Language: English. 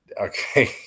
Okay